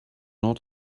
not